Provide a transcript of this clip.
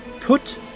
put